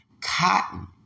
Cotton